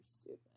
stupid